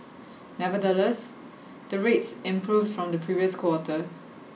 nevertheless the rates improved from the previous quarter